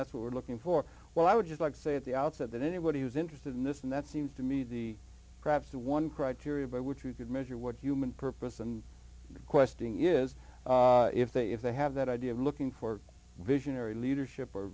that's what we're looking for well i would just like to say at the outset that anybody who's interested in this and that seems to me the perhaps the one criteria by which you could measure what human purpose and questing is if they if they have that idea of looking for visionary leadership or